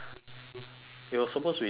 it was supposed to be two hours right